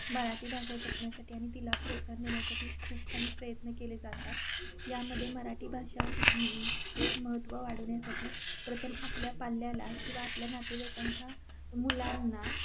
मराठी भाषा जपण्यासाठी आणि तिला प्रोत्साहन देण्यासाठी खूप काही प्रयत्न केले जातात यामध्ये मराठी भाषाचे महत्त्व वाढवण्यासाठी प्रथम आपल्या पाल्याला किंवा आपल्या नातेवाईकांच्या मुलांना